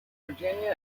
virginia